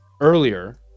Earlier